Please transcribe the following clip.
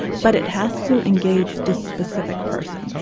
but it has to engage the specific person.